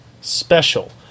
special